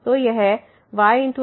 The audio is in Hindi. तो x2y2